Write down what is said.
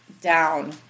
down